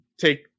take